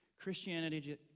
Christianity